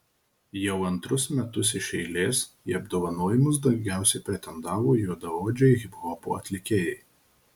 jau antrus metus iš eilės į apdovanojimus daugiausiai pretendavo juodaodžiai hiphopo atlikėjai